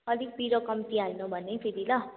अलिक पिरो कम्ती हाल्नु भन् है फेरि ल